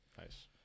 Nice